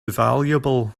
valuable